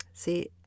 See